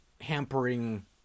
Hampering